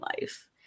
life